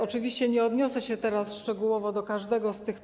Oczywiście nie odniosę się teraz szczegółowo do każdego z tych pytań.